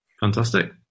fantastic